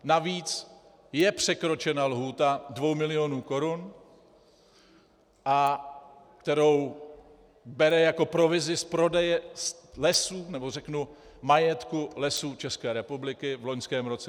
Navíc je překročena lhůta dvou milionů korun, kterou bere jako provizi z prodeje lesů, nebo řeknu majetku Lesů České republiky v loňském roce.